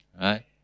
Right